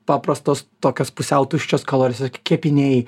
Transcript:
paprastos tokios pusiau tuščios kalorijos kepiniai